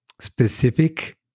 specific